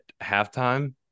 halftime